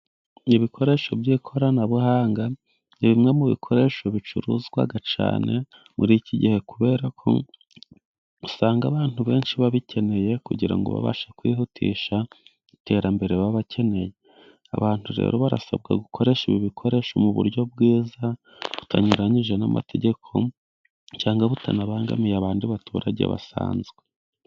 Ibikoresho by'ikoranabuhanga, ni bimwe mu bikoresho bicuruzwa cyane muri iki gihe, kubera ko usanga abantu benshi babikeneye kugira ngo babashe kwihutisha iterambere baba bakeneye, abantu rero basabwa gukoresha ibi bikoresho mu buryo bwiza, butanyuranyije n'amategeko cyangwa butanabangamiye abandi baturage basanzwe.